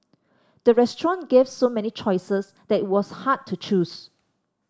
the restaurant gave so many choices that it was hard to choose